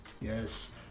Yes